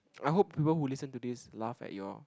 I hope people who listen to this laugh at your